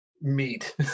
meat